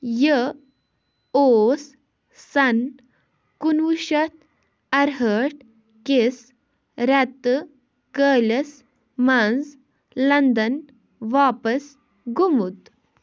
یہِ اوس سَن کُنہٕ وُہ شیٚتھ اَرہٲٹھ کِس رٮ۪تہٕ کٲلِس منٛز لندن واپس گوٚومُت